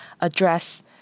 address